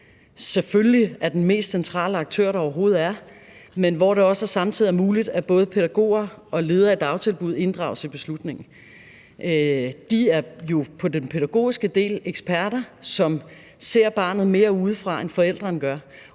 selvfølgelig er de mest centrale aktører, der overhovedet er, men hvor det også samtidig er muligt, at både pædagoger og ledere af dagtilbud inddrages i beslutningen. De er eksperter på den pædagogiske del og ser barnet mere udefra, end forældrene gør,